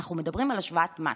אנחנו מדברים על השוואת מס.